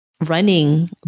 running